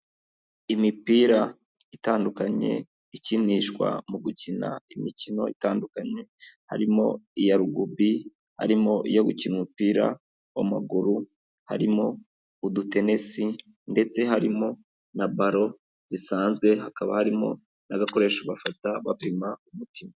Imipira itandukanye, ikinishwa mu gukina imikino itandukanye, harimo iya rugubi, harimo iyo gukina umupira w'amaguru, harimo udutenesi, ndetse harimo na baro zisanzwe, hakaba harimo n'agakoresho bafata bapima umutima.